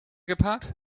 geparkt